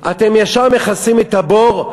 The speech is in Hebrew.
אתם ישר מכסים את הבור,